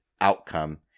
outcome